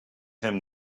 him